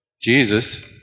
Jesus